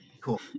Cool